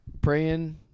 praying